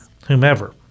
whomever